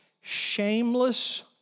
shameless